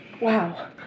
Wow